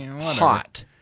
Hot